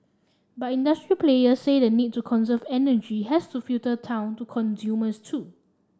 but industry players say the need to conserve energy has to filter down to consumers too